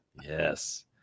Yes